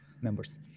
members